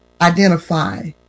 identify